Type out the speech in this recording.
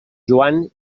joan